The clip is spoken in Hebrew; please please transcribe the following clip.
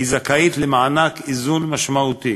השר משוכנע